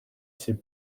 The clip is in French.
ces